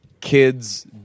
kids